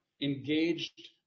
engaged